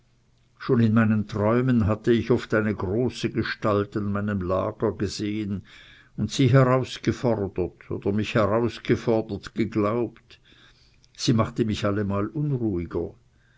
kraft in meinen träumen hatte ich oft eine große gestalt an meinem lager gesehen und sie herausgefordert oder mich herausgefordert geglaubt ihr erscheinen machte mich allemal unruhiger